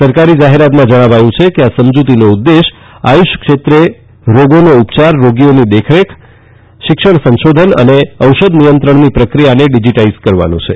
સરકારી જાહેરાતમાં જણાવાયું છે કે આ સમજૂતીનો ઉદ્દેશ આયુષ ક્ષેત્રે રોગોનો ઉપયાર રોગીઓની દેખરેખ શિક્ષણ સંશોધન અને ઔષધ નિયંત્રણની પ્રક્રિયાને ડીજીટ્રાઇઝ કરવાનો છે